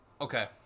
Okay